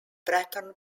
breton